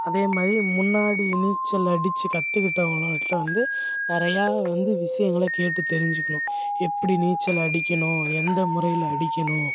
அதே மாதிரி முன்னாடி நீச்சல் அடிச்சு கற்றுக்கிட்டவங்களாட்ட வந்து நிறையா வந்து விஷயங்கள கேட்டு தெரிஞ்சுக்குணும் எப்படி நீச்சல் அடிக்கணும் எந்த முறையில் அடிக்கணும்